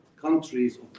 countries